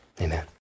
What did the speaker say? Amen